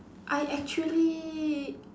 I actually